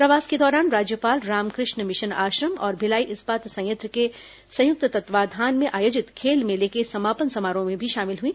प्रवास के दौरान राज्यपाल रामकृष्ण मिशन आश्रम और भिलाई इस्पात संयंत्र के संयुक्त तत्वावधान में आयोजित खेल मेले के समापन समारोह में शामिल हुई